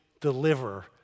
deliver